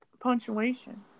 punctuation